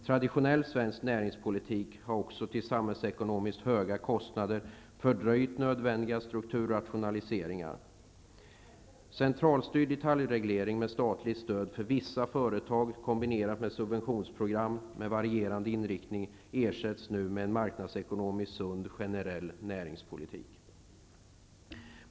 Traditionell svensk näringspolitik har också till samhällsekonomiskt höga kostnader fördröjt nödvändiga strukturrationaliseringar. Centralstyrd detaljreglering med statligt stöd för vissa företag kombinerat med subventionsprogram med varierande inriktning ersätts nu med en marknadsekonomiskt sund, generell näringspolitik.